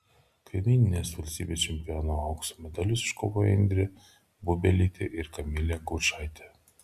kaimyninės valstybės čempionato aukso medalius iškovojo indrė bubelytė ir kamilė gaučaitė